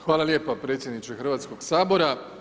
Hvala lijepo predsjedniče Hrvatskog sabora.